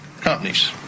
companies